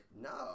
no